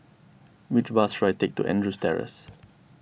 which bus should I take to Andrews Terrace